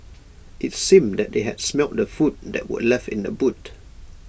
IT seemed that they had smelt the food that were left in the boot